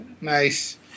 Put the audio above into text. nice